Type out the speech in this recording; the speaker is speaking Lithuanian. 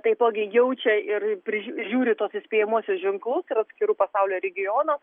taipogi jaučia ir pri žiūri tuos įspėjamuosius ženklus ir atskirų pasaulio regiono